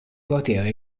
quartiere